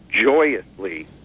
joyously